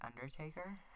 undertaker